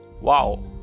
wow